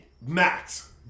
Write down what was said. Max